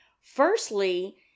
Firstly